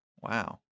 Wow